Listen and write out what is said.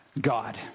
God